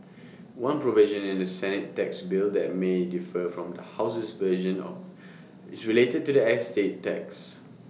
one provision in the Senate tax bill that may differ from the House's version of is related to the estate tax